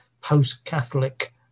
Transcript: post-catholic